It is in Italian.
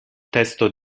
testo